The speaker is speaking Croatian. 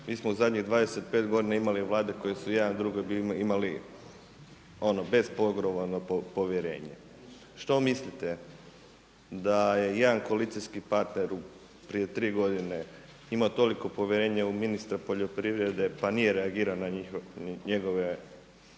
mi smo zadnjih 25 godina imali vlade koje su jedne drugoj imale bespogovorno povjerenje. Što mislite da je jedan koalicijski partner prije tri godine imao toliko povjerenje u ministra poljoprivrede pa nije reagirao na njegova djela